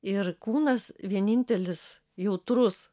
ir kūnas vienintelis jautrus